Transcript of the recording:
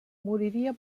moriria